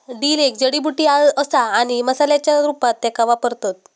dill एक जडीबुटी असा आणि मसाल्याच्या रूपात त्येका वापरतत